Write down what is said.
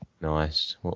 Nice